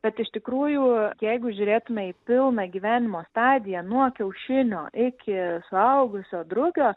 bet iš tikrųjų jeigu žiūrėtume į pilną gyvenimo stadiją nuo kiaušinio iki suaugusio drugio